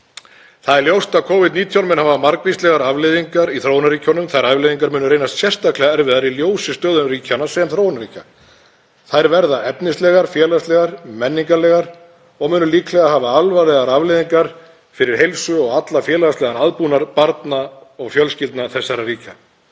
er að Covid-19 mun hafa margvíslegar afleiðingar í þróunarríkjunum. Þær afleiðingar munu reynast sérstaklega erfiðar í ljósi stöðu ríkjanna sem þróunarríkja. Þær verða efnislegar, félagslegar og menningarlegar og munu líklega hafa alvarlegar afleiðingar fyrir heilsu og allan félagslegan aðbúnað barna og fjölskyldna í þessum ríkjum.